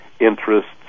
interests